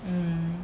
mmhmm